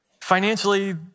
financially